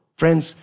friends